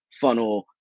funnel